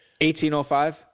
1805